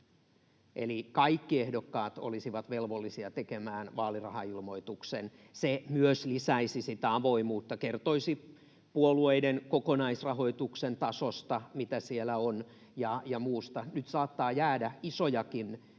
että kaikki ehdokkaat olisivat velvollisia tekemään vaalirahailmoituksen. Se myös lisäisi sitä avoimuutta, kertoisi puolueiden kokonaisrahoituksen tasosta ja muusta, mitä siellä on. Nyt saattaa jäädä isojakin vaalirahoituksia